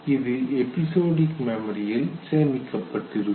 இது எபிசோடிக் மெமரியில் சேமிக்கப்பட்டிருக்கும்